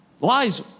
Lies